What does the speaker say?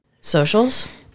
Socials